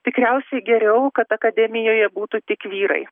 tikriausiai geriau kad akademijoje būtų tik vyrai